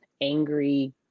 angry